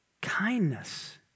kindness